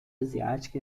asiática